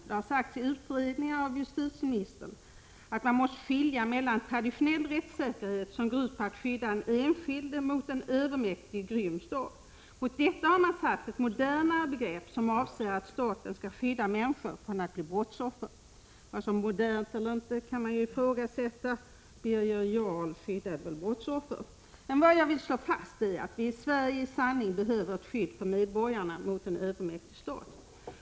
Det har sagts i utredningar och av justitieministern att man måste skilja mellan traditionell rättssäkerhet, som går ut på att skydda den enskilde mot en övermäktig och grym stat, och en ”modernare” rättssäkerhet, som avser att staten skall skydda människor från att bli brottsoffer. Vad som är modernt eller inte kan ifrågasättas. Birger Jarl skyddade väl brottsoffer. Vad jag vill slå fast är att vi i Sverige i sanning behöver ett skydd för medborgarna mot en övermäktig stat.